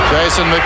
Jason